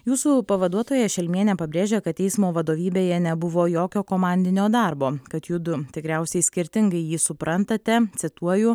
jūsų pavaduotoja šelmienė pabrėžė kad teismo vadovybėje nebuvo jokio komandinio darbo kad judu tikriausiai skirtingai jį suprantate cituoju